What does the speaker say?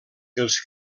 els